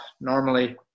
normally